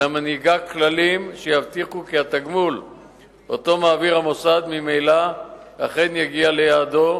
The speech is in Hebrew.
אלא מנהיגה כללים שיבטיחו כי התגמול שהמוסד מעביר ממילא אכן יגיע ליעדו,